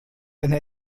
eine